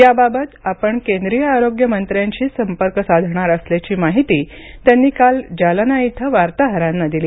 याबाबत आपण केंद्रिय आरोग्य मंत्र्यांशी संपर्क साधणार असल्याची माहिती त्यांनी काल जालना इथं वार्ताहरांना दिली